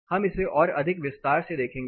हम इसे और अधिक विस्तार से देखेंगे